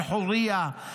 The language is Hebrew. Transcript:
אל-חורייא,